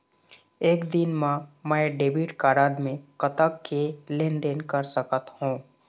एक दिन मा मैं डेबिट कारड मे कतक के लेन देन कर सकत हो?